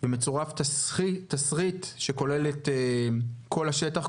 ומצורף תשריט שכולל את כל השטח,